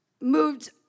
moved